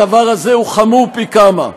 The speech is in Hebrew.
הדבר הזה הוא חמור פי כמה.